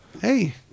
Hey